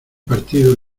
partido